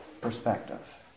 perspective